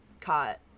caught